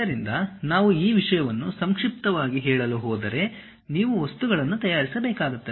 ಆದ್ದರಿಂದ ನಾವು ಈ ವಿಷಯವನ್ನು ಸಂಕ್ಷಿಪ್ತವಾಗಿ ಹೇಳಲು ಹೋದರೆ ನೀವು ವಸ್ತುಗಳನ್ನು ತಯಾರಿಸಬೇಕಾಗುತ್ತದೆ